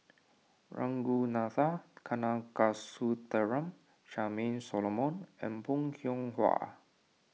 Ragunathar Kanagasuntheram Charmaine Solomon and Bong Hiong Hwa